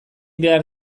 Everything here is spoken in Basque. behar